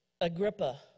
Agrippa